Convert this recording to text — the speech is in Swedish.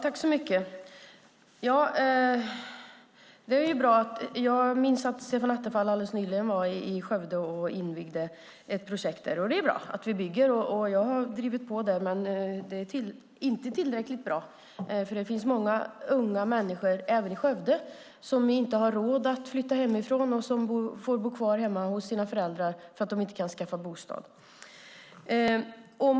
Herr talman! Jag minns att Stefan Attefall nyligen var i Skövde och invigde ett projekt där. Det är bra att vi bygger - och jag har drivit på det - men det är inte tillräckligt bra. Det finns många unga människor, även i Skövde, som inte har råd att flytta hemifrån utan får bo kvar hemma hos sina föräldrar för att de inte kan skaffa bostad.